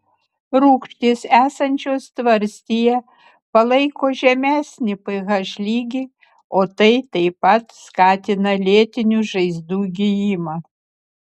rūgštys esančios tvarstyje palaiko žemesnį ph lygį o tai taip pat skatina lėtinių žaizdų gijimą